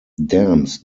dams